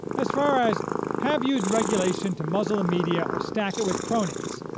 as far as have used regulation to muzzle the media or stack it with cronies,